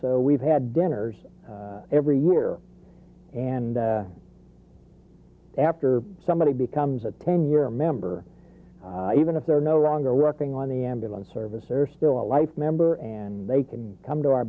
so we've had dinners every year and after somebody becomes a ten year member even if they're no longer working on the ambulance service are still a life member and they can come to our